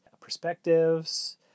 perspectives